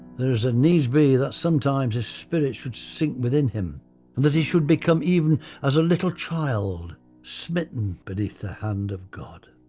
there is a need be that sometimes a spirit should sink within him and that he should become even as a little child smitten, beneath the hand of god.